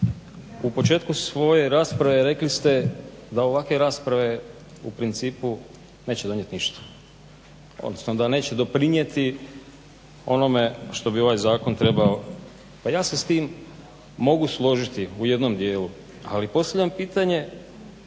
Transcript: u početku svoje rasprave rekli ste da ovakve rasprave u principu neće donijet ništa, odnosno da neće doprinijeti onome što bi ovaj zakon trebao. Pa ja se s tim mogu složiti u jednom dijelu. Ali postavljam pitanje